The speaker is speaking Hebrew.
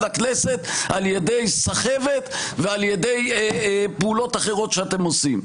הכנסת על ידי סחבת ועל ידי פעולות אחרות שאתם עושים.